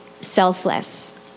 selfless